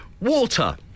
Water